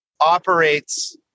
operates